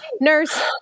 nurse